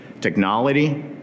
Technology